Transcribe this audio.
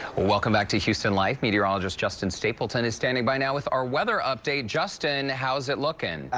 welcome back to houston life. meteorologist justin stapleton is standing by now with our weather update. justin, how is it looking?